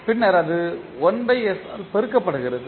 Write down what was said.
பின்னர் அது 1s ஆல் பெருக்கப்படுகிறது